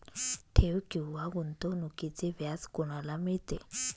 ठेव किंवा गुंतवणूकीचे व्याज कोणाला मिळते?